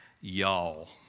y'all